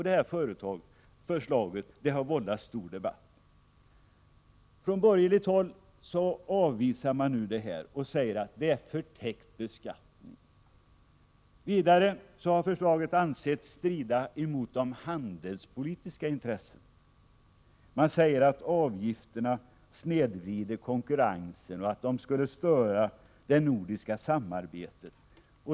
Det här förslaget har vållat stor debatt. Från borgerligt håll avvisar man förslaget och säger att det är fråga om förtäckt beskattning. Vidare har förslaget ansetts strida mot de handelspolitiska intressena. Man säger att avgifterna snedvrider konkurrensen och att de skulle störa det nordiska samarbetet.